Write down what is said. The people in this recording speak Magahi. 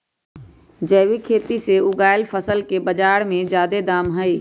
जैविक खेती से उगायल फसल के बाजार में जादे दाम हई